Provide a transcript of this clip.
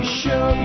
show